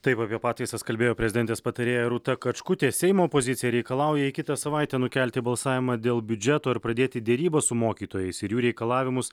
taip apie pataisas kalbėjo prezidentės patarėja rūta kačkutė seimo opozicija reikalauja į kitą savaitę nukelti balsavimą dėl biudžeto ir pradėti derybas su mokytojais ir jų reikalavimus